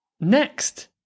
next